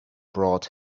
brought